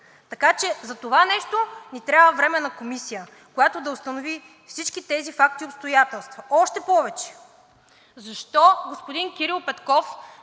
Така че за това нещо ни трябва Временна комисия, която да установи всички тези факти и обстоятелства. Още повече – защо господин Кирил Петков